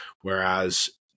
whereas